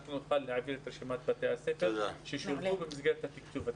אנחנו נוכל להעביר את רשימת בתי הספר ששולבו במסגרת התקצוב הדיפרנציאלי.